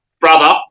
Brother